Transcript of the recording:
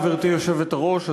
גברתי היושבת-ראש,